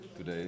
Today